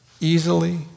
easily